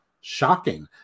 shocking